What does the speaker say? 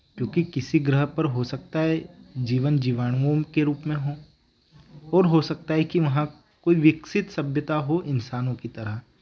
क्योंकि किसी ग्रह पर हो सकता है जीवन जीवाणुओं के रूप में हो और हो सकता है कि वहाँ कोई विकसित सभ्यता हो इंसानों की तरह